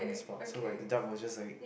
so like the duck moisture like it